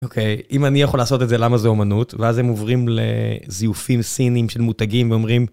אוקיי, אם אני יכול לעשות את זה, למה זה אומנות? ואז הם עוברים לזיופים סיניים של מותגים ואומרים...